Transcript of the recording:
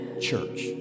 church